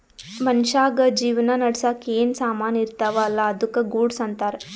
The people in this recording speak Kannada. ಮನ್ಶ್ಯಾಗ್ ಜೀವನ ನಡ್ಸಾಕ್ ಏನ್ ಸಾಮಾನ್ ಇರ್ತಾವ ಅಲ್ಲಾ ಅದ್ದುಕ ಗೂಡ್ಸ್ ಅಂತಾರ್